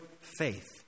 faith